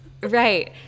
right